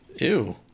Ew